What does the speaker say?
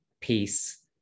peace